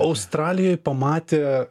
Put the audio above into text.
australijoj pamatė